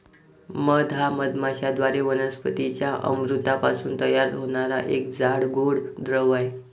मध हा मधमाश्यांद्वारे वनस्पतीं च्या अमृतापासून तयार होणारा एक जाड, गोड द्रव आहे